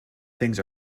things